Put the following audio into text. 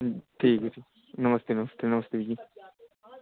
ठीक है ठीक नमस्ते नमस्ते नमस्ते भैया